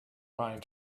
pine